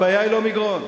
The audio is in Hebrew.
הבעיה היא לא מגרון.